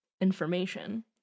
information